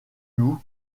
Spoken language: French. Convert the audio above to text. loup